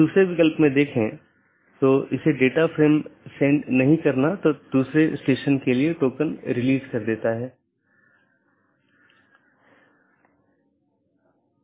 इसलिए आप देखते हैं कि एक BGP राउटर या सहकर्मी डिवाइस के साथ कनेक्शन होता है यह अधिसूचित किया जाता है और फिर कनेक्शन बंद कर दिया जाता है और अंत में सभी संसाधन छोड़ दिए जाते हैं